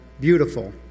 beautiful